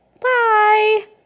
Bye